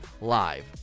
live